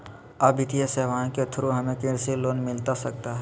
आ वित्तीय सेवाएं के थ्रू हमें कृषि लोन मिलता सकता है?